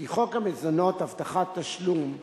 כי חוק המזונות (הבטחת תשלום),